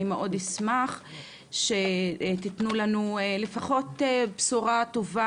אני מאוד אשמח שתתנו לנו לפחות בשורה טובה.